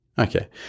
Okay